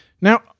Now